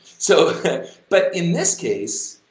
so okay but in this case,